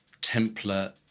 Templar